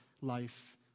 life